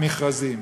מכרזים.